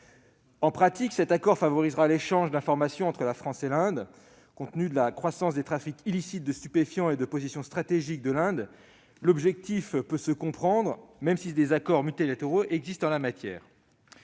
En pratique, cet accord favorisera l'échange d'informations entre la France et l'Inde. Compte tenu de la croissance des trafics illicites de stupéfiants et de la position stratégique de l'Inde, l'objectif peut se comprendre, même si des accords multilatéraux existent en la matière.